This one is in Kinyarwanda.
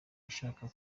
ushaka